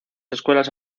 escuelas